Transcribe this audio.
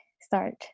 start